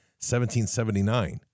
1779